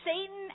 Satan